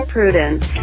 Prudence